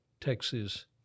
Texas